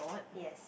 yes